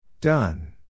Done